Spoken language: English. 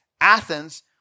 Athens